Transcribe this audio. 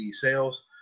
sales